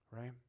right